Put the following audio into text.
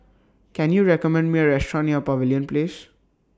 Can YOU recommend Me A Restaurant near Pavilion Place